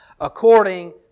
according